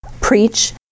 preach